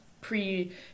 Pre